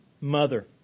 mother